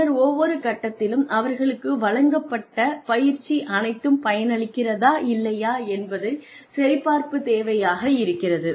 பின்னர் ஒவ்வொரு கட்டத்திலும் அவர்களுக்கு வழங்கப்பட்ட பயிற்சி அனைத்தும் பயனளிக்கிறதா இல்லையா என்பது சரிபார்ப்பு தேவையாக இருக்கிறது